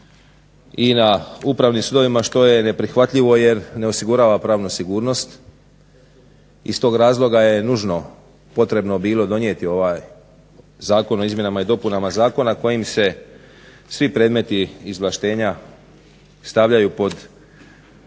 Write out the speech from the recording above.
i na upravnim sudovima što je neprihvatljivo jer ne osigurava pravnu sigurnost. Iz tog razloga je nužno potrebno bilo donijeti ovaj Zakon o izmjenama i dopunama zakona kojim se svi predmeti izvlaštenja stavljaju pod sustav